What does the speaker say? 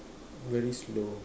very slow